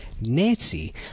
Nancy